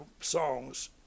songs